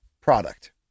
product